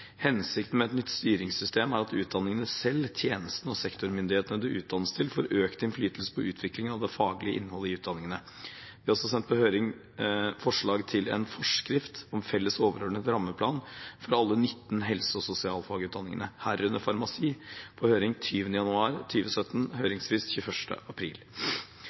Hensikten med et nytt styringssystem er at utdanningene selv, tjenestene og sektormyndighetene det utdannes til, får økt innflytelse på utviklingen av det faglige innholdet i utdanningene. Vi har også sendt på høring forslag til en forskrift om felles overordnet rammeplan for alle de 19 helse- og sosialfagutdanningene, herunder farmasi. Forslaget ble sendt på høring 20. januar 2017. Høringsfrist er 21. april